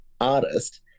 artist